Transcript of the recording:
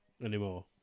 anymore